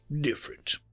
different